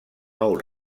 nou